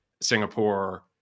Singapore